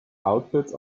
outfits